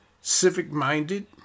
civic-minded